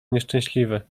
nieszczęśliwe